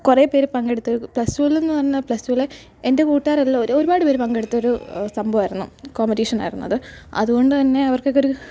കുറേ പേർ പങ്കെടുത്തു പ്ലെസ് റ്റൂവിൽ എന്ന് പറഞ്ഞാൽ പ്ലെസ് റ്റൂവിലെ എന്റെ കൂട്ടുകാരെല്ലാം ഒരുപാട് പേർ പങ്കെടുത്ത ഒരു സംഭവമായിരുന്നു കോമ്പറ്റീഷനായിരുന്നു അത് അതുകൊണ്ട് തന്നെ അവർക്കൊക്കെ ഒരു